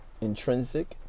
intrinsic